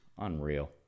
Unreal